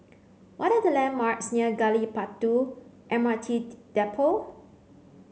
what are the landmarks near Gali Batu M R T Depot